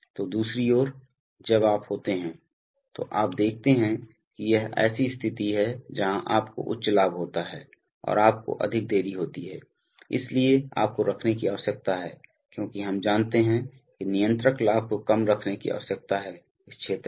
तो दूसरी ओर जब आप होते हैं तो आप देखते हैं कि यह ऐसी स्थिति है जहां आपको उच्च लाभ होता है और आपको अधिक देरी होती है इसलिए आपको रखने की आवश्यकता है क्योंकि हम जानते हैं कि नियंत्रक लाभ को कम रखने की आवश्यकता है इस क्षेत्र में